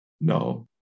No